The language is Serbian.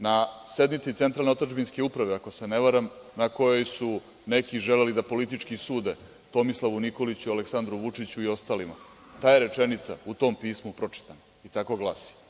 Na sednici Centrale otadžbinske uprave, ako se ne varam, na kojoj su neki želeli da politički sude Tomislavu Nikoliću, Aleksandru Vučiću i ostalima ta je rečenica u tom pismu pročitana i tako glasi.